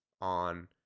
on